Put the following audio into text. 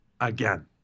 again